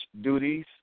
duties